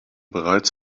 bereits